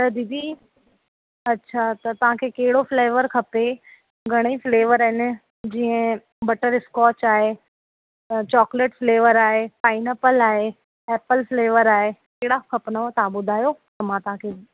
दीदी अच्छा त तव्हांखे कहिड़ो फ्लेवर खपे घणेई फ्लेवर इन जीअं बटरस्कॉच आहे ऐं चॉकलेट फ्लेवर आहे पाईनेपल आहे एपिल फ्लेवर आहे कहिड़ा खपनिव तव्हां ॿुधायो त मां तव्हांखे